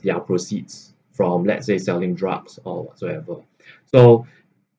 their proceeds from let's say selling drugs or whatsoever so